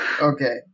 Okay